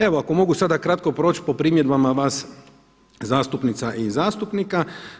Evo ako mogu sada kratko proći po primjedbama vas zastupnica i zastupnika.